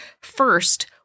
First